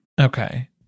Okay